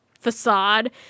facade